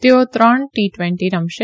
તેઓ ત્રણ T twenty રમશે